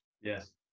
yes